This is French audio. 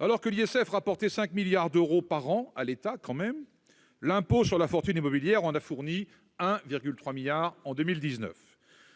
alors que l'ISF rapportait 5 milliards d'euros par an à l'État, l'impôt sur la fortune immobilière en a fourni 1,3 milliard en 2019.